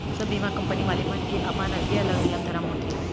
सब बीमा कंपनी वाले मन के अपन अलगे अलगे नियम धरम होथे